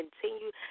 Continue